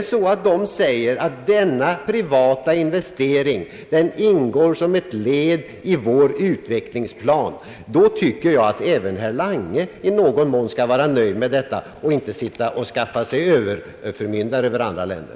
Påstår u-landet att en viss privat investering ingår såsom ett led i dess utvecklingsplan, tycker jag att även herr Lange i någon mån skall vara nöjd därmed och inte försöka skaffa sig överförmynderskap över andra länder.